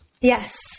Yes